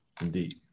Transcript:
Indeed